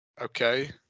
okay